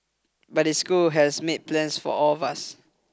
but the school has made plans for all of us